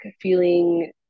feeling